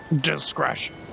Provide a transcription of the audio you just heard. Discretion